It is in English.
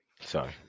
Sorry